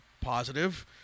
positive